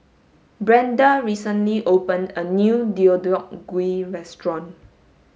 Brenda recently opened a new Deodeok Gui restaurant